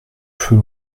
plus